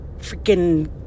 freaking